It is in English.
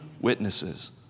witnesses